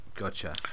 Gotcha